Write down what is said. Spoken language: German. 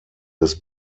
des